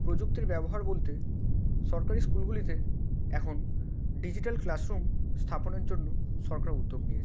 প্রযুক্তির ব্যবহার বলতে সরকারি স্কুলগুলিতে এখন ডিজিটাল ক্লাসরুম স্থাপনের জন্য সরকার উদ্যোগ নিয়েছে